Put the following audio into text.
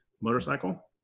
motorcycle